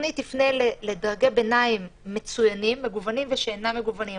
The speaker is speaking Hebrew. התוכנית תפנה לדרגי ביניים מצוינים מגוונים ושאינם מגוונים,